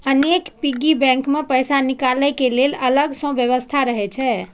अनेक piggy bank मे पैसा निकालै के लेल अलग सं व्यवस्था रहै छै